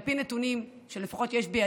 לפחות על פי הנתונים שיש בידי,